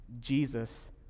Jesus